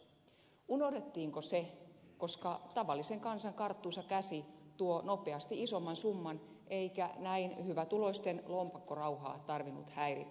unohdettiinko se koska tavallisen kansan karttuisa käsi tuo nopeasti isomman summan eikä näin hyvätuloisten lompakkorauhaa tarvinnut häiritä